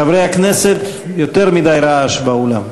חברי הכנסת, יותר מדי רעש באולם.